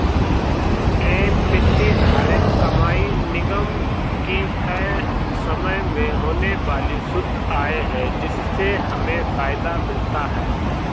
ये प्रतिधारित कमाई निगम की तय समय में होने वाली शुद्ध आय है जिससे हमें फायदा मिलता है